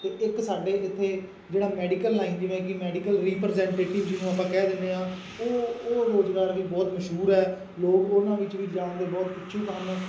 ਅਤੇ ਇੱਕ ਸਾਡੇ ਇੱਥੇ ਜਿਹੜਾ ਮੈਡੀਕਲ ਲਾਈਨ ਜਿਵੇਂ ਕਿ ਮੈਡੀਕਲ ਰੀਪ੍ਰਜੈਂਟੇਟਿਵ ਜਿਹਨੂੰ ਆਪਾਂ ਕਹਿ ਦਿੰਦੇ ਹਾਂ ਉਹ ਉਹ ਰੁਜ਼ਗਾਰ ਵੀ ਬਹੁਤ ਮਸ਼ਹੂਰ ਹੈ ਲੋਕ ਉਹਨਾਂ ਵਿੱਚ ਵੀ ਜਾਣ ਦੇ ਬਹੁਤ ਇੱਛੁਕ ਹਨ